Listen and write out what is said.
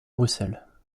bruxelles